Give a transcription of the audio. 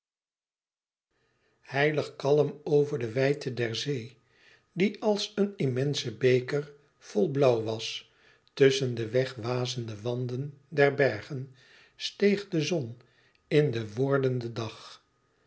heilig kalm over de wijdte der zee die als een immense beker vol blauw was tusschen de wegwazende wanden der bergen steeg de zon in den wordenden dag